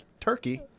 turkey